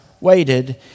waited